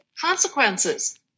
consequences